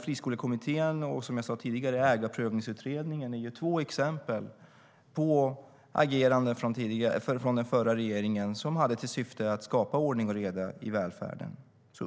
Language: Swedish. Friskolekommittén och, som jag sade tidigare, Ägarprövningsutredningen är två exempel på agerande från den förra regeringen som hade till syfte att skapa ordning och reda i välfärden.